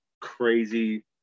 crazy